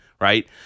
Right